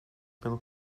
pelo